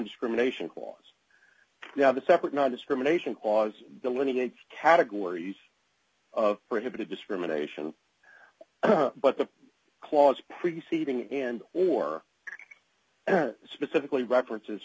nondiscrimination clause of the separate nondiscrimination clause delineated categories of primitive discrimination but the clause preceding and or specifically references